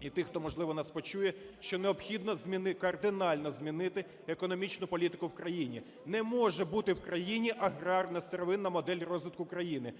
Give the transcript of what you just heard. і тих, хто, можливо, нас почує. Що необхідно кардинально змінити економічну політику в країні. Не може бути в країні аграрна сировинна модель розвитку країни,